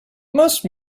most